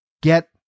get